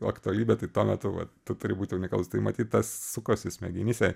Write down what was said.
aktualybė tai tuo metu vat tu turi būt unikalūs tai matyt tas sukosi smegenyse